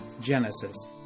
Genesis